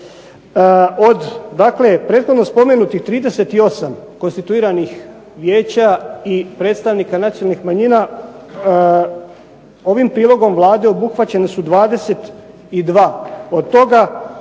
Od prethodno spomenutih 38 konstituiranih vijeća i predstavnika nacionalnih manjina, ovim prilogom Vlade obuhvaćeni su 22. od toga